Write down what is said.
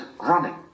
running